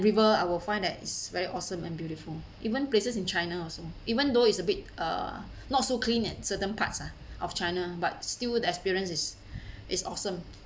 river I will find that it's very awesome and beautiful even places in china also even though it's a bit uh not so clean at certain parts ah of china but still the experience is is awesome